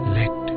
let